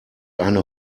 eine